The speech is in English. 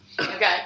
Okay